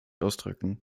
ausdrücken